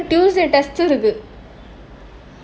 tuesday test இருக்கு:irukku